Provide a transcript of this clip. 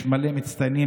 יש מלא מצטיינים,